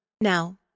Now